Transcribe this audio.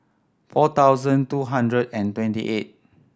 four thousand two hundred and twenty eight